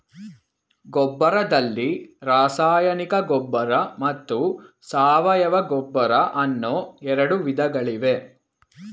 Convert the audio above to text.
ಗೊಬ್ಬರದಲ್ಲಿ ರಾಸಾಯನಿಕ ಗೊಬ್ಬರ ಮತ್ತು ಸಾವಯವ ಗೊಬ್ಬರ ಅನ್ನೂ ಎರಡು ವಿಧಗಳಿವೆ